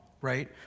right